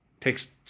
takes